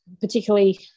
particularly